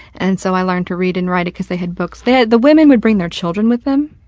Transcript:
and so i learned to read and write it because they had books. they had the women would bring their children with them,